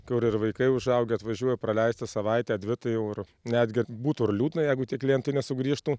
kur ir vaikai užaugę atvažiuoja praleisti savaitę dvi tai jau ir netgi būtų ir liūdna jeigu tie klientai nesugrįžtų